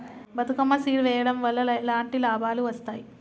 Bathukamma seed వెయ్యడం వల్ల ఎలాంటి లాభాలు వస్తాయి?